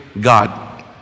God